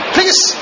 Please